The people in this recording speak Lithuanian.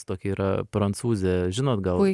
tokia yra prancūzė žinot